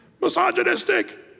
Misogynistic